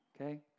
okay